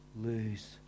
lose